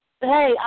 hey